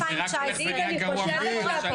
גם ב-2019, מה קורה פה?